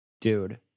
Dude